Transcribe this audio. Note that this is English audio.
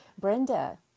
Brenda